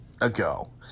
ago